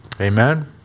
Amen